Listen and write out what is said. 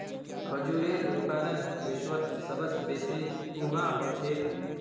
खजूरेर उत्पादन विश्वत सबस बेसी कुहाँ ह छेक